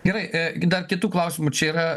gerai dar kitų klausimų čia yra